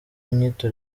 inyito